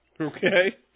Okay